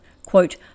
Quote